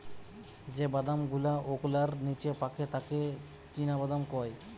যে বাদাম গুলাওকলার নিচে পাকে তাকে চীনাবাদাম কয়